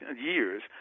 years